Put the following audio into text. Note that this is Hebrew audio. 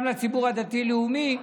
גם לציבור הדתי-לאומי.